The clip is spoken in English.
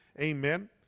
Amen